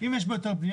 אם יש היתר חפירה,